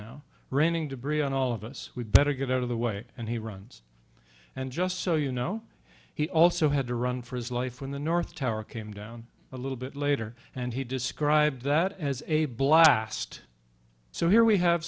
now raining debris on all of us we better get out of the way and he runs and just so you know he also had to run for his life when the north tower came down a little bit later and he described that as a blast so here we have